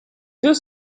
deux